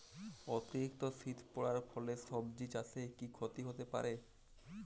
অতিরিক্ত শীত পরার ফলে সবজি চাষে কি ক্ষতি হতে পারে?